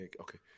Okay